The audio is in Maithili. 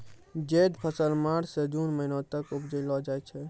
जैद फसल मार्च सें जून महीना तक उपजैलो जाय छै